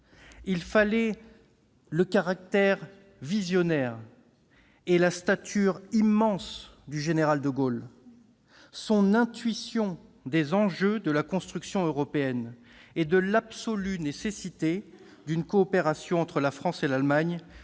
Il fallait le caractère visionnaire et la stature immense du général de Gaulle et son intuition des enjeux de la construction européenne et de l'absolue nécessité d'une coopération entre la France et l'Allemagne